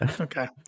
Okay